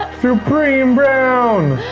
supreme brown!